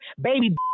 baby